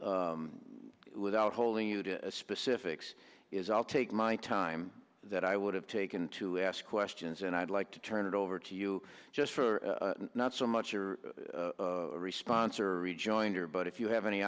without holding you to specifics is i'll take my time that i would have taken to ask questions and i'd like to turn it over to you just for not so much your response or rejoinder but if you have any